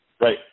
Right